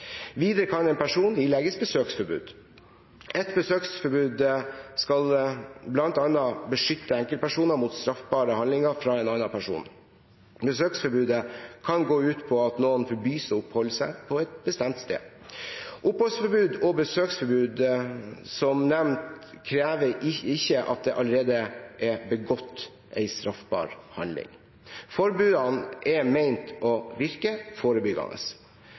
Videre kan en person ilegges besøksforbud. Et besøksforbud skal bl.a. beskytte enkeltpersoner mot straffbare handlinger fra en annen person. Besøksforbudet kan gå ut på at noen forbys å oppholde seg på et bestemt sted. Oppholdsforbud og besøksforbud, som nevnt, krever ikke at det allerede er begått en straffbar handling. Forbudene er ment å virke forbyggende.